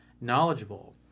knowledgeable